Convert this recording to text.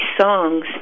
songs